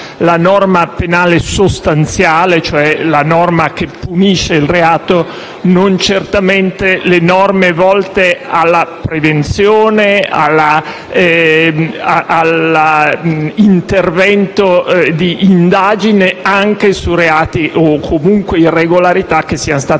la norma penale sostanziale, cioè quella che punisce il reato, non certamente le norme volte alla prevenzione e all'intervento di indagine anche su reati o comunque irregolarità commessi